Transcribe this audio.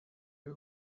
you